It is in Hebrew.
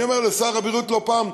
אני אומר לשר הבריאות לא פעם,